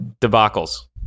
debacles